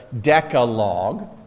Decalogue